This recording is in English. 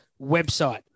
website